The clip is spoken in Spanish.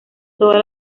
toda